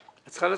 את צריכה לצאת.